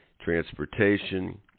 transportation